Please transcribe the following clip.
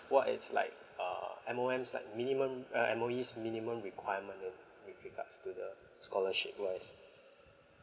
what it's like err M O M's like minimum err M_O_E's minimum requirement uh with regards to the scholarship wise